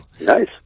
Nice